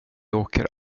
åker